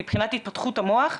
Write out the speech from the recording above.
מבחינת התפתחות המוח,